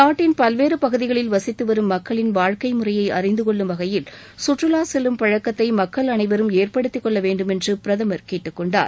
நாட்டின் பல்வேறு பகுதிகளில் வசித்துவரும் மக்களின் வாழ்க்கை முறையை அறிந்தகொள்ளும் வகையில் சுற்றுவா செல்லும் பழக்கத்தை மக்கள் அனைவரும் ஏற்படுத்திக்கொள்ள வேண்டுமென்று பிரதமா கேட்டுக்கொண்டார்